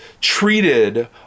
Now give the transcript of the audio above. treated